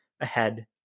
ahead